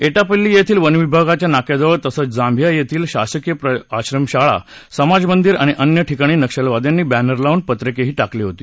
एटापल्ली येथील वनविभागाच्या नाक्याजवळ तसंच जांभिया येथील शासकीय आश्रमशाळा समाजमंदिर आणि अन्य ठिकाणी नक्षलवाद्यांनी बॅनर लावून पत्रकेही टाकली होती